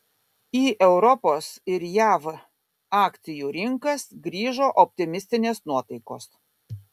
į europos ir jav akcijų rinkas grįžo optimistinės nuotaikos